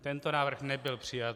Tento návrh nebyl přijat.